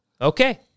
Okay